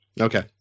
Okay